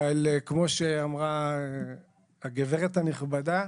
אבל כמו שאמרה הגברת הנכבדה,